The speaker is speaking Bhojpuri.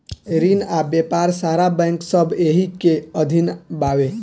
रिन आ व्यापार सारा बैंक सब एही के अधीन बावे